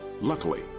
Luckily